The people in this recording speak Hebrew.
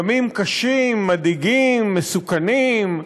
ימים קשים, מדאיגים, מסוכנים,